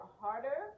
harder